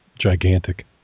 gigantic